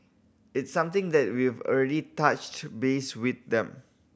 it's something that we've already touched base with them